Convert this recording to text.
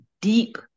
deep